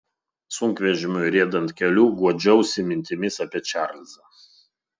sunkvežimiui riedant keliu guodžiausi mintimis apie čarlzą